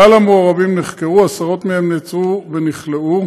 כלל המעורבים נחקרו, ועשרות מהם נעצרו ונכלאו.